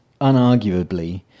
unarguably